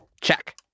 Check